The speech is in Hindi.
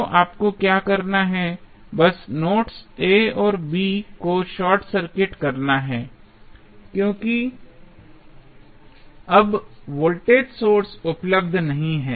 तो आपको क्या करना है बस नोड्स a और b को शॉर्ट सर्किट करना है क्योंकि अब वोल्टेज सोर्स उपलब्ध नहीं है